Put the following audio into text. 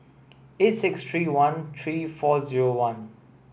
eight six three one three four zero one